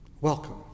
Welcome